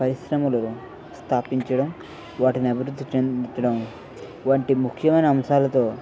పరిశ్రమలు స్థాపించడం వాటిని అభివృద్ధి చెందించడం వంటి ముఖ్యమైన అంశాలతో